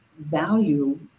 value